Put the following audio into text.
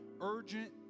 urgent